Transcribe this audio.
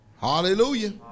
Hallelujah